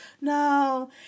no